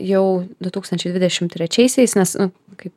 jau du tūkstančiai dvidešim trečiaisiais nes kaip